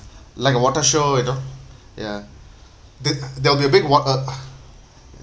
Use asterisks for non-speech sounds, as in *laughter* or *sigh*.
like a water show you know ya there there will be a big wa~ uh *breath*